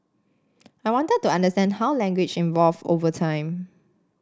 I wanted to understand how language evolved over time